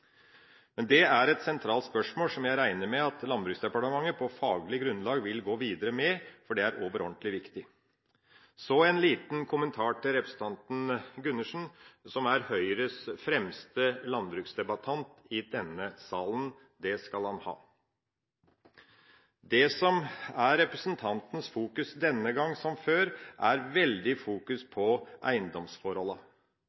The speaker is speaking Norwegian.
Det er et sentralt spørsmål som jeg regner med at Landbruksdepartementet på faglig grunnlag vil gå videre med, for det er overordentlig viktig. Så en liten kommentar til representanten Gundersen, som er Høyres fremste landbruksdebattant i denne salen – det skal han ha. Det som er representantens veldige fokus denne gang, som før, er